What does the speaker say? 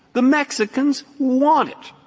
the mexicans want it.